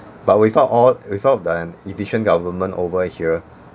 but we thought all without an efficient government over here